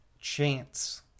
chance